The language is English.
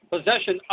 Possession